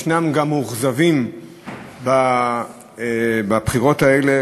ישנם גם מאוכזבים בבחירות האלה,